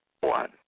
One